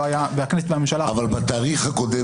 והכנסת והממשלה --- אבל בתאריך הקודם